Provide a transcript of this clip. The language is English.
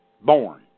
Born